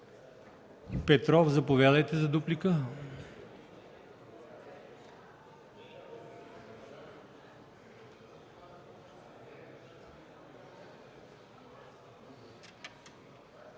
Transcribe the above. Петров, заповядайте за дуплика.